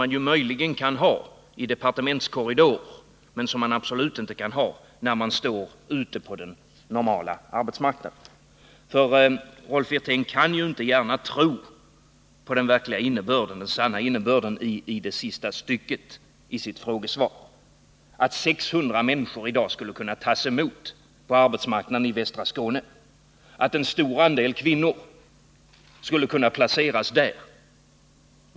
Den kan möjligen höra hemma i departementskorridorer, men man kan absolut inte hysa den optimismen om man befinner sig ute på arbetsmarknaden. Rolf Wirtén kan inte gärna tro på den sanna innebörden i det sista stycket i frågesvaret, nämligen att 600 människor skulle kunna tas emot på arbetsmarknaden i västra Skåne, att den stora andelen kvinnor skulle kunna placeras där.